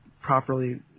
properly